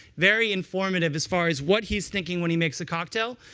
very informative, as far as what he's thinking when he makes a cocktail.